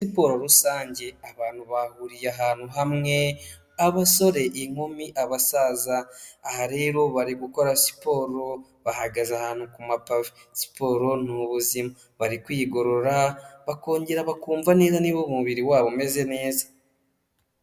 Siporo rusange abantu bahuriye ahantu hamwe abasore, inkumi, abasaza. Aha rero bari gukora siporo bahagaze ahantu ku mapave. Siporo n'ubuzima bari kwigorora bakongera bakumva neza niba umubiri wabo umeze neza.